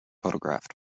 photographed